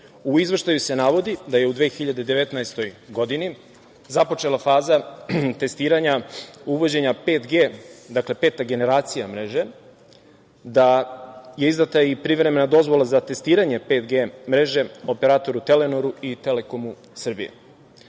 izveštaju se navodi da je u 2019. godini započela faza testiranja, uvođenja 5G mreže, dakle, peta generacija mreže, da je izdata i privremena dozvola za testiranje 5G mreže operatoru „Telenoru“ i „Telekomu Srbije“.